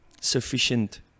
sufficient